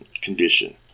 condition